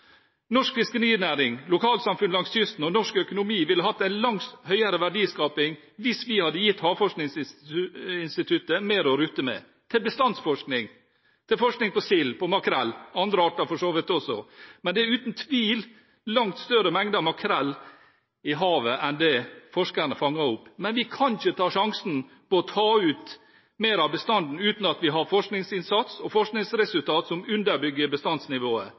Norsk fiskerinæring, lokalsamfunn langs kysten og norsk økonomi ville hatt en langt høyere verdiskaping hvis vi hadde gitt Havforskningsinstituttet mer å rutte med, til bestandsforskning, til forskning på sild, på makrell og andre arter for så vidt også. Det er uten tvil langt større mengder makrell i havet enn det forskerne fanger opp. Men vi kan ikke ta sjansen på å ta ut mer av bestanden uten at vi har forskningsinnsats og forskningsresultater som underbygger bestandsnivået,